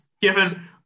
given